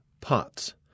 pots